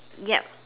yup